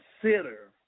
consider